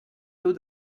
taux